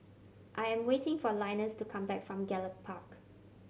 I am waiting for Linus to come back from Gallop Park